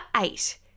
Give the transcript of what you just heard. eight